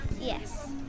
Yes